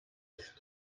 ist